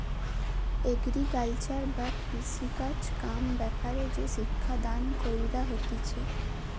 agriculture বা কৃষিকাজ কাম ব্যাপারে যে শিক্ষা দান কইরা হতিছে